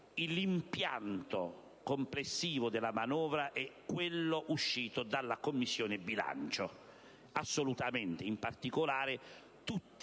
l'impianto complessivo della manovra è quello uscito dalla Commissione bilancio; in particolare, tutti